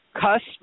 cusp